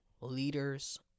leaders